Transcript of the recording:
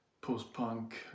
post-punk